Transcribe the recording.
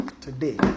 today